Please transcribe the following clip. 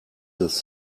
this